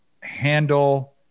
handle